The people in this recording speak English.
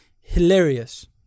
hilarious